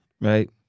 Right